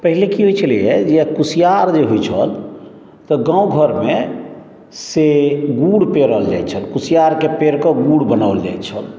पहिले की होइ छलैया जे कुशियार जे होइत छल तऽ गाँव घरमे से गुड़ पेरल जाइत छल कुशियारके पेर कऽ गुड़ बनाओल जाइत छल